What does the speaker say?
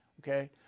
Okay